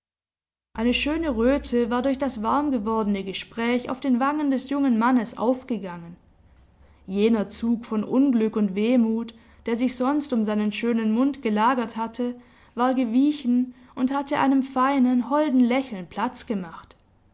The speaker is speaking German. habe eine schöne röte war durch das warmgewordene gespräch auf den wangen des jungen mannes aufgegangen jener zug von unglück und wehmut der sich sonst um seinen schönen mund gelagert hatte war gewichen und hatte einem feinen holden lächeln platz gemacht